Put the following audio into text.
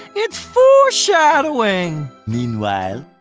it's foreshadowing. meanwhile